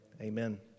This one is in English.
Amen